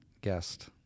guest